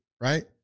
right